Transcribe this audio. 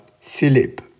Philip